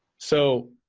so,